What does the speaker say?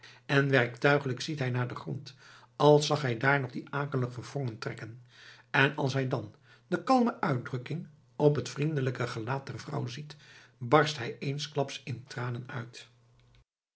en werktuigelijk ziet hij naar den grond als zag hij daar nog die akelig verwrongen trekken en als hij dan de kalme uitdrukking op t vriendelijke gelaat der vrouw ziet barst hij eensklaps in tranen uit